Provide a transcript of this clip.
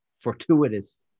fortuitous